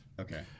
Okay